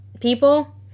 people